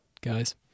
guys